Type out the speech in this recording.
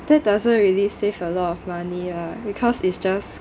that doesn't really save a lot of money ah because it's just